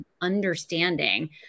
understanding